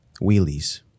wheelies